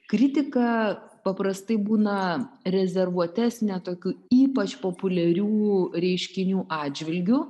kritika paprastai būna rezervuotesnė tokių ypač populiarių reiškinių atžvilgiu